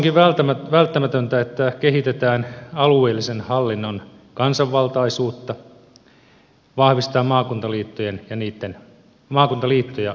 jatkossa onkin välttämätöntä että kehitetään alueellisen hallinnon kansanvaltaisuutta vahvistetaan maakuntaliittoja ja niitten asemaa